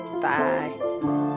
Bye